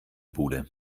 bude